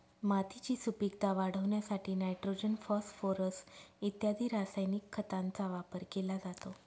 मातीची सुपीकता वाढवण्यासाठी नायट्रोजन, फॉस्फोरस इत्यादी रासायनिक खतांचा वापर केला जातो